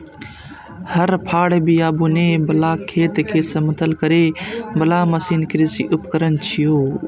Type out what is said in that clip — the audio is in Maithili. हर, फाड़, बिया बुनै बला, खेत कें समतल करै बला मशीन कृषि उपकरण छियै